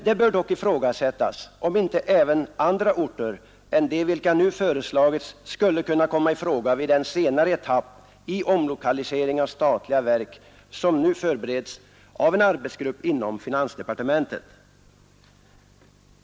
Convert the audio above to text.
Det bör dock ifrågasättas, om inte även andra orter än de vilka nu föreslagits skulle kunna komma i fråga vid den senare etapp i omlokalisering av statliga verk som nu förbereds av en arbetsgrupp inom finansdepartementet.